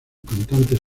cantante